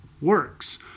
works